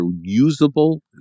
usable